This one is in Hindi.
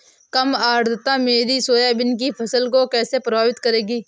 कम आर्द्रता मेरी सोयाबीन की फसल को कैसे प्रभावित करेगी?